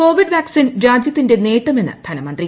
Covid vaccine രാജ്യത്തിന്റെ നേട്ടമെസ്റ് ്ധനമന്ത്രി